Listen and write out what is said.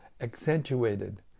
accentuated